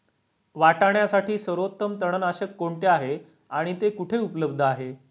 वाटाण्यासाठी सर्वोत्तम तणनाशक कोणते आहे आणि ते कुठे उपलब्ध आहे?